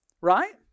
Right